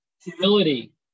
Humility